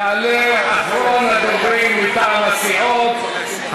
יעלה אחרון הדוברים מטעם הסיעות,